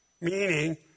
Meaning